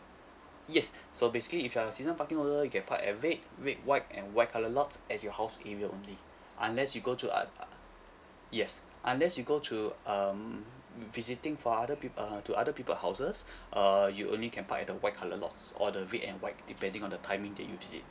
yes so basically if you are a season parking owner you can park at red red white and white colour lot at your house area only unless you go to o~ o~ yes unless you go to um visiting for other people err to other people houses err you only can park at the white colour lots or the red and white depending on the timing that you visit